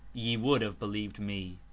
ye would have believed me.